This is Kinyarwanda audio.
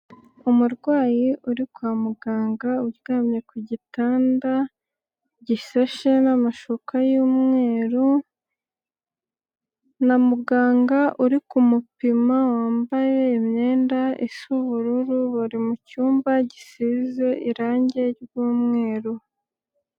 Umurwayi uri kwa muganga uryamye ku gitanda, gishashe n'amashuka y'umweru na muganga uri kumupima. Wambaye imyenda isa ubururu bari mu cyumba gisize irangi ry'umweru.